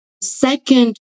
Second